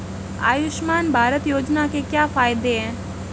आयुष्मान भारत योजना के क्या फायदे हैं?